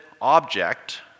object